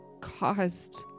caused